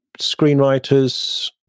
screenwriters